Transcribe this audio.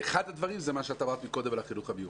אחד הדברים זה מה שאת אמרת קודם על החינוך המיוחד.